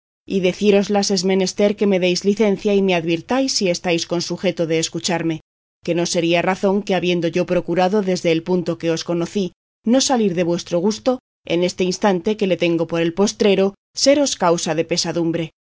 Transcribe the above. y para decíroslas es menester que me deis licencia y me advirtáis si estáis con sujeto de escucharme que no sería razón que habiendo yo procurado desde el punto que os conocí no salir de vuestro gusto en este instante que le tengo por el postrero seros causa de pesadumbre